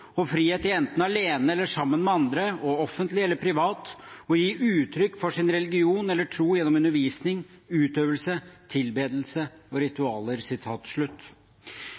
og frihet til enten alene eller sammen med andre, og offentlig eller privat, å gi uttrykk for sin religion eller tro gjennom undervisning, utøvelse, tilbedelse og ritualer.»